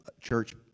church